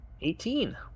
Eighteen